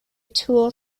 tool